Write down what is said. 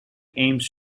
aims